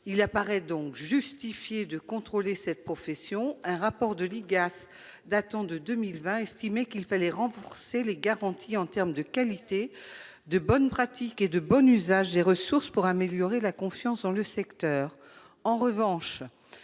Il apparaît donc justifié de contrôler cette profession. Selon un rapport de l’Igas datant de 2020, il convient de renforcer les garanties en matière de qualité, de bonnes pratiques et de bon usage des ressources pour améliorer la confiance dans le secteur.